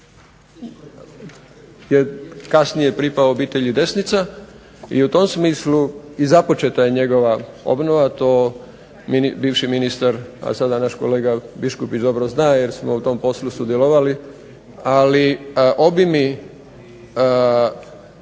je kasnije pripao obitelji Desnica. I u tom smislu i započeta je njegova obnova. To bivši ministar, a sada naš kolega Biškupić dobro zna jer smo u tom poslu sudjelovali, ali obimi